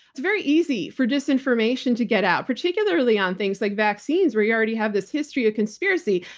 it's very easy for disinformation to get out, particularly on things like vaccines, where you already have this history of conspiracy.